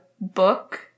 book